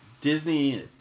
Disney